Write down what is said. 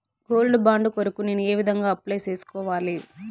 Gold bond కొరకు నేను ఏ విధంగా అప్లై సేసుకోవాలి?